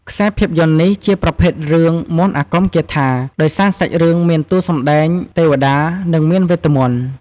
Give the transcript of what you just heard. ខ្សែភាពយន្តនេះ ជាប្រភេទរឿងមន្ដអាគមគាថា ដោយសារសាច់រឿងមានតួសម្ដែងទេវតា និងមានវេទមន្ដ។